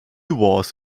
was